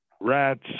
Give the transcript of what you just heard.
rats